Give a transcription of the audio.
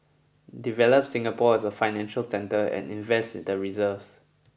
develop Singapore as a financial centre and invest the reserves